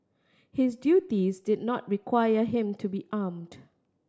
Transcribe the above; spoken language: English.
his duties did not require him to be armed